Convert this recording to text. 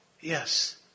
Yes